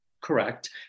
correct